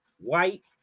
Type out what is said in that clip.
white